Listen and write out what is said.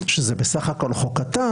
שזה בסך הכול חוק קטן,